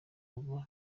kuva